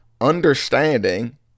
understanding